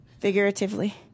Figuratively